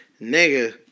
nigga